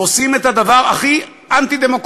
עושים את הדבר הכי אנטי-דמוקרטי: